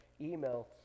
email